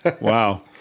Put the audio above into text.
Wow